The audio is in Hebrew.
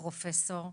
פרופסור,